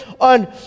on